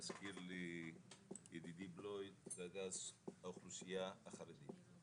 מזכיר לי ידידי בלויא, זו האוכלוסייה החרדית,